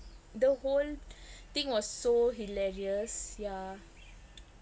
the whole thing was so hilarious yeah